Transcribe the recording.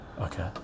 okay